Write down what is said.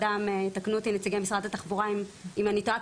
תקנו אותי נציגי משרד התחבורה אם אני טועה,